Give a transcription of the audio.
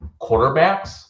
quarterbacks